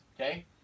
okay